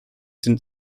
sind